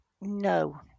no